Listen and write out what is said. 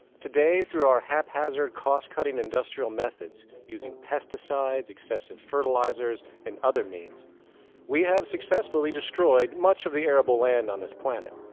today, through our haphazard, cost-cutting industrial methods using pesticides, excessive fertilizers and other means we have successfully destroyed much of the the arable land on this planet,